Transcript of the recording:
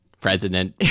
President